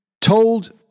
Told